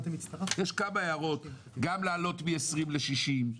יש כמה הערות: גם להעלות מ-20 ל-60 רכבים,